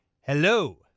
Hello